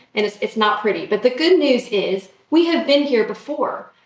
and it's it's not pretty. but the good news is we have been here before.